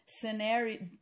scenario